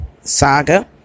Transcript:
saga